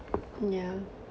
yeah